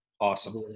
Awesome